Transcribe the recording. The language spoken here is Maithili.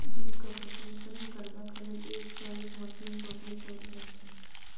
दूधक प्रसंस्करण करबाक लेल एक सॅ एक मशीनक उपयोग कयल जाइत छै